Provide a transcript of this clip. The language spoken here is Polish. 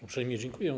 Uprzejmie dziękuję.